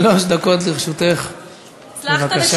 שלוש דקות לרשותך, בבקשה.